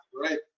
right